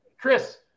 Chris